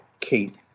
Kate